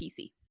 PC